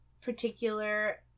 particular